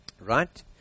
right